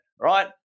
right